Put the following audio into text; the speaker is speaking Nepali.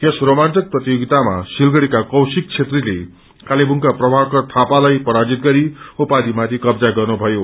यस रोमांचक प्रतियोगितामा सिलगढ़ीक्व कौशिक छेत्रीले कालेबुङ्का प्रभाकर थापालाई पराजित गरी उपाधिमाथि कब्जा गर्नुभयो